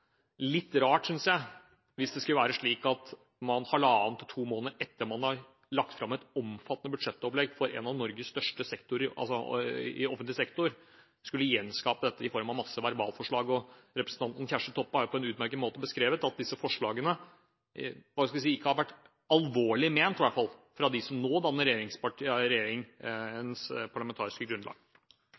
litt rart, synes jeg, hvis det skal være slik at man halvannen til to måneder etter man har lagt fram et omfattende budsjettopplegg for en av Norges største sektorer i offentlig sektor, skulle gjenskape dette i form av masse verbalforslag. Representanten Kjersti Toppe har på en utmerket måte beskrevet at disse forslagene ikke har vært alvorlig ment fra dem som nå danner regjeringens parlamentariske grunnlag.